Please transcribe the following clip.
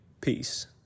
Peace